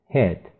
Head